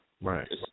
Right